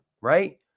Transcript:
right